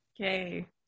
Okay